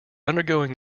undergoing